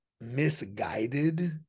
misguided